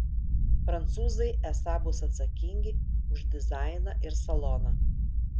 prancūzai esą bus atsakingi už dizainą ir saloną